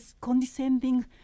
condescending